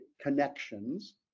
connections